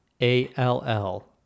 A-L-L